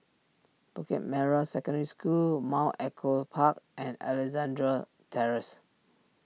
Bukit Merah Secondary School Mount Echo Park and Alexandra Terrace